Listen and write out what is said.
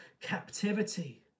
captivity